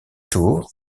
tour